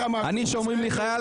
כשאומרים לי חייל,